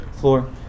floor